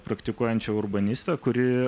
praktikuojančią urbanistę kuri